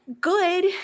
good